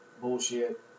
bullshit